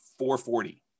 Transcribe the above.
440